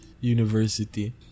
university